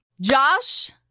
Josh